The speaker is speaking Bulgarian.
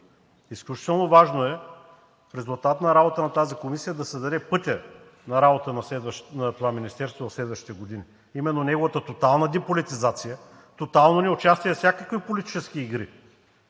Изключително важно е в резултат на работата на тази комисия да се даде пътят на работа на това министерство в следващите години – именно неговата тотална деполитизация, тотално неучастие във всякакви политически игри,